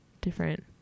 different